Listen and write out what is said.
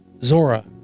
Zora